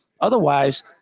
otherwise